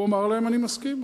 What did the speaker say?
הוא אמר להם: אני מסכים.